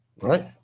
right